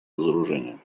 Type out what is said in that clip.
разоружения